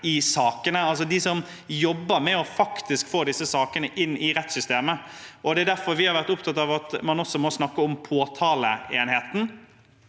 i sakene, altså de som jobber med faktisk å få disse sakene inn i rettssystemet. Det er derfor vi har vært opptatt av at man også må snakke om påtaleenheten,